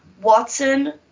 Watson